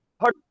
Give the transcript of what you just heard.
hard